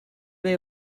they